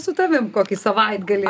su tavim kokį savaitgalį